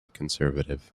conservative